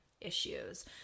issues